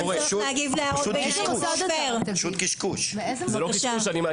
זה לא קשקוש.